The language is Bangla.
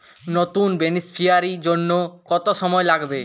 নতুন বেনিফিসিয়ারি জন্য কত সময় লাগবে?